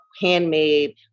handmade